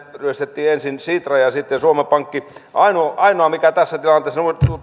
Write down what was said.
ryöstettiin ensin sitra ja sitten suomen pankki ainoa ainoa mikä tässä tilanteessa